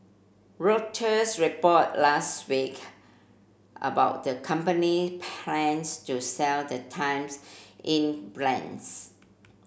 Reuters report last week about the company plans to sell the Times Inc